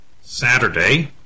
Saturday